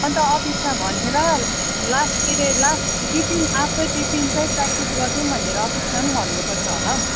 अन्त अफिसमा भनेर लास्ट के अरे लास्ट टिफिन आफ्टर टिफिन चाहिँ प्र्याक्टिस गर्छौँ भनेर अफिसमा पनि भन्रुपर्छ होला हौ